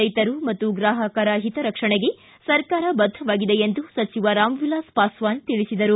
ರೈತರು ಮತ್ತು ಗ್ರಾಹಕರ ಹಿತ ರಕ್ಷಣೆಗೆ ಸರ್ಕಾರ ಬದ್ಧವಾಗಿದೆ ಎಂದು ಸಚಿವ ರಾಮವಿಲಾಸ ಪಾಸ್ವಾನ್ ತಿಳಿಸಿದರು